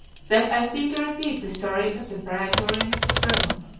that i seem to repeat the story of the praetorians of rome.